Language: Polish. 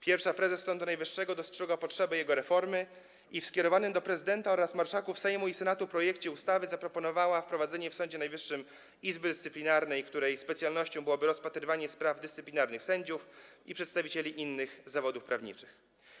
Pierwsza prezes Sądu Najwyższego dostrzegła potrzebę jego reformy i w skierowanym do prezydenta oraz marszałków Sejmu i Senatu projekcie ustawy zaproponowała wprowadzenie w Sądzie Najwyższym Izby Dyscyplinarnej, której specjalnością byłoby rozpatrywanie spraw dyscyplinarnych sędziów i przedstawicieli innych zawodów prawniczych.